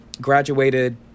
graduated